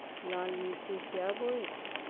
लाल मिट्टी क्या बोए?